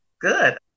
good